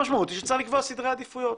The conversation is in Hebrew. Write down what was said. המשמעות היא שצריך לקבוע סדרי עדיפויות.